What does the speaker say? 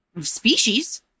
species